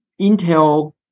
Intel